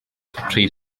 pryd